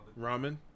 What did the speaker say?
Ramen